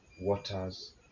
waters